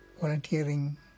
volunteering